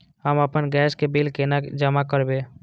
हम आपन गैस के बिल केना जमा करबे?